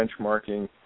benchmarking